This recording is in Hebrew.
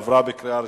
עברה בקריאה ראשונה,